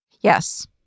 Yes